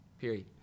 period